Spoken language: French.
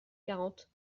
quarante